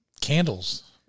Candles